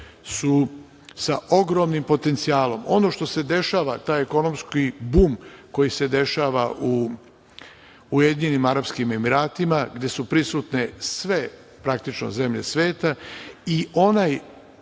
su sa ogromnim potencijalom. Ono što se dešava, taj ekonomski bum koji se dešava u Ujedinjenim Arapskim Emiratima gde su prisutne sve praktično zemlje sveta i onaj